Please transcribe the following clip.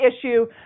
issue